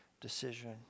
decision